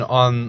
on